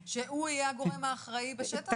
שהוא יהיה הגורם האחראי בשטח?